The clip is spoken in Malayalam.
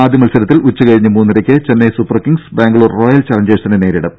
ആദ്യമത്സരത്തിൽ ഉച്ചകഴിഞ്ഞ് മൂന്നരയ്ക്ക് ചെന്നൈ സൂപ്പർകിംഗ്സ് ബാംഗ്ലൂർ റോയൽ ചലഞ്ചേഴ്സിനെ നേരിടും